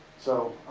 so,